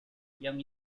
young